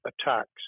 attacks